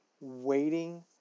waiting